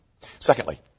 Secondly